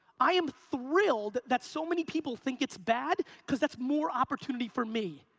i am thrilled that so many people think it's bad cause that's more opportunity for me.